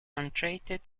untreated